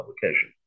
publication